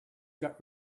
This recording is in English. got